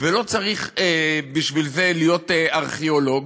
ולא צריך בשביל זה להיות ארכיאולוג,